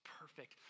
perfect